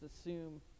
assume